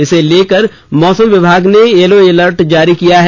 इसे लेकर मौसम विभाग ने येलो अलर्ट जारी किया गया है